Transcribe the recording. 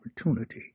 opportunity